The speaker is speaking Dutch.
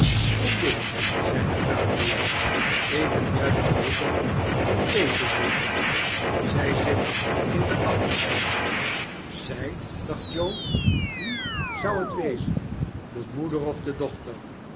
kom binnen zeide gabriel ik ben juist geroepen om thee te drinken zij zit in de achterkamer zij dacht joe wie zou het wezen de moeder of de dochter